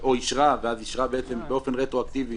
או אישרה ואז אישרה באופן רטרואקטיבי